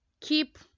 keep